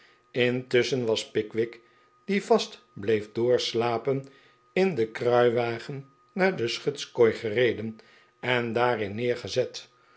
intusschen was pickwick die vast bleef doorslapen in den kruiwagen naar de schutskooi gereden en daarin neergezet